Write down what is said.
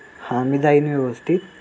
हा मी जाईन व्यवस्थित